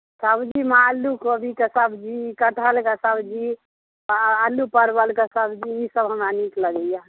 सब्जीमे आलू कोबीके सब्जी कटहलके सब्जी आलू परवलके सब्जी ईसभ हमरा नीक लगैए